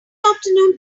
afternoon